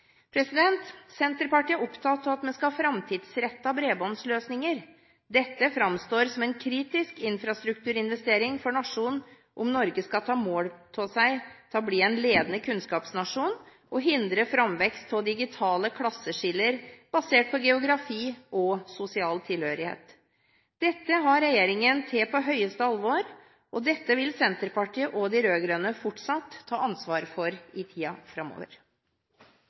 Senterpartiet er opptatt av at vi skal ha framtidsrettede bredbåndsløsninger. Dette framstår som en kritisk infrastrukturinvestering for nasjonen, om Norge skal ta mål av seg til å bli en ledende kunnskapsnasjon og hindre framvekst av digitale klasseskiller basert på geografi og sosial tilhørighet. Dette har regjeringen tatt på største alvor, og dette vil Senterpartiet og de rød-grønne fortsatt ta ansvar for i tida framover.